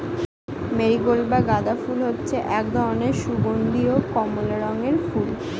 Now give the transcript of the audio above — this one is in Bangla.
মেরিগোল্ড বা গাঁদা ফুল হচ্ছে এক ধরনের সুগন্ধীয় কমলা রঙের ফুল